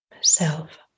self